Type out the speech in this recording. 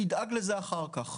שידאגו לזה אחר כך.